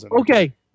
okay